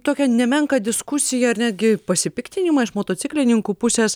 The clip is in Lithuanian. tokią nemenką diskusiją ar netgi pasipiktinimą iš motociklininkų pusės